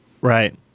Right